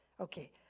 Okay